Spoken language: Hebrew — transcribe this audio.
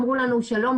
אמרו לנו שלום,